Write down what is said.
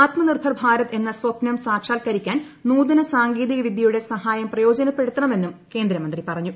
ആത്മനിർഭർ ഭാരത് എന്ന സ്വപ്നം സാക്ഷാത്കരിക്കാൻ നൂതന സാങ്കേതികവിദൃയുടെ സഹായം പ്രയോജനപ്പെടുത്തണമെന്നും കേന്ദ്രമന്ത്രി പറഞ്ഞു